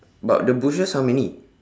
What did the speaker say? but the bushes how many